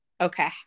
Okay